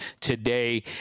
today